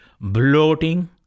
bloating